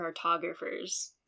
cartographers